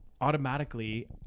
automatically